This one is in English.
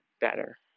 better